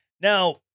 Now